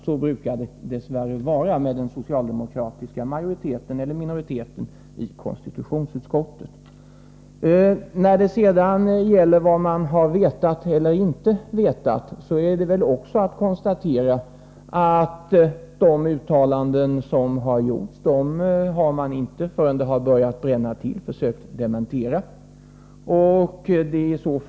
Så brukar det dess värre vara med den socialdemokratiska majoriteten eller minoriteten i konstitutionsutskottet. När det sedan gäller vad man har vetat eller inte vetat kan jag konstatera att man inte förrän det har börjat bränna till försökt dementera de uttalanden som man gjort.